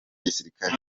gisirikare